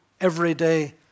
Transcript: everyday